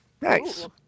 Nice